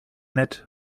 nett